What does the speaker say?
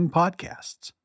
podcasts